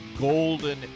golden